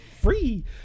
free